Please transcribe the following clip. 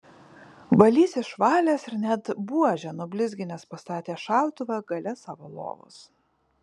valys išvalęs ir net buožę nublizginęs pastatė šautuvą gale savo lovos